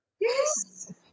Yes